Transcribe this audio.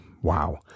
wow